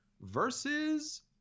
versus